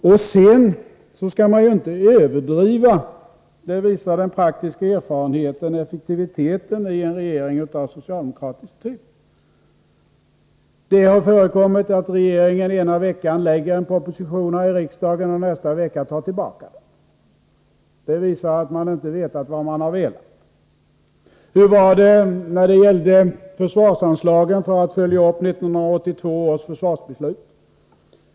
Vidare skall man inte överdriva — det visar den praktiska erfarenheten — effektiviteten hos en regering av socialdemokratisk typ. Det har förekommit att regeringen ena veckan lägger fram en proposition här i riksdagen och nästa vecka tar tillbaka den. Det visar att man inte vetat vad man har velat. Hur var det när det gällde försvarsanslaget för att följa upp 1982 års försvarsbeslut?